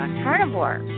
carnivore